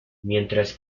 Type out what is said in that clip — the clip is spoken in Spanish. mientras